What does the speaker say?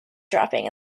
dropping